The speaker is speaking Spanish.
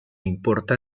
importa